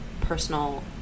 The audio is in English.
personal